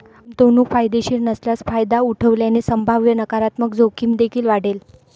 गुंतवणूक फायदेशीर नसल्यास फायदा उठवल्याने संभाव्य नकारात्मक जोखीम देखील वाढेल